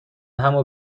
همو